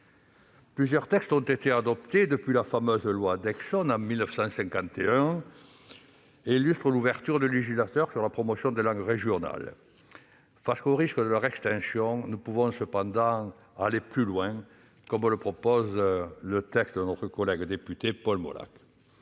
Plusieurs textes adoptés depuis la fameuse loi Deixonne de 1951 illustrent l'ouverture du législateur à la promotion des langues régionales. Face au risque de leur extinction, nous pouvons toutefois aller plus loin, comme le propose le texte de notre collègue député Paul Molac.